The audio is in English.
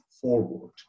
forward